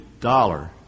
dollar